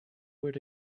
where